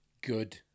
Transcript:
Good